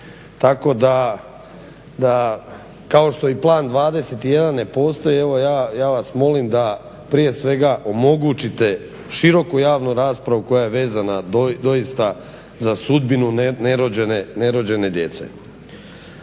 tako da kao što i plan 21 ne postoji evo ja vas molim da prije svega omogućite široku javnu raspravu koja je vezana doista za sudbinu nerođene djece.